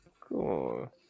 Cool